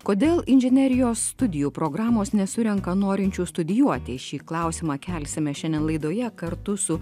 kodėl inžinerijos studijų programos nesurenka norinčių studijuoti šį klausimą kelsime šiandien laidoje kartu su